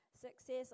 Success